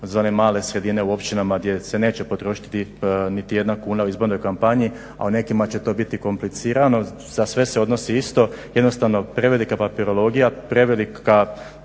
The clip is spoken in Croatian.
za one male sredine u općinama gdje se neće potrošiti niti jedna kuna u izbornoj kompaniji, a u nekima će to biti komplicirano. Za sve se odnosi isto, jednostavno prevelika papirologija, prevelika